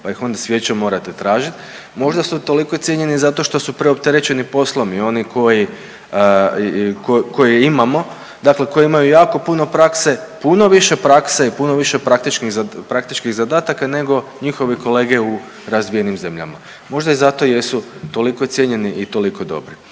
pa ih onda svijećom morate tražiti, možda su toliko cijenjeni zato što su preopterećeni poslom i oni koji, koje imamo, dakle koji imaju jako puno prakse, puno više prakse i puno više praktičkih zadataka nego njihovi kolege u razvijenim zemljama. Možda o zato i jesu toliko cijenjeni i toliko dobri.